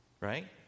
right